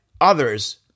others